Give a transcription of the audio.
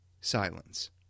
Silence